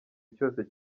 cyose